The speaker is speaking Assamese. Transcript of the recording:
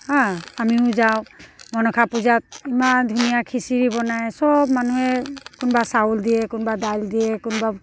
আমিও যাওঁ মনসা পূজাত ইমান ধুনীয়া খিচিৰি বনায় চব মানুহে কোনোবা চাউল দিয়ে কোনোবা দাইল দিয়ে কোনোবা